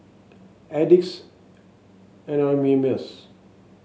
Addicts Anonymous